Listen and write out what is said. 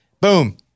Boom